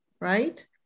Right